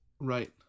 Right